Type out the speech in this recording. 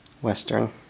Western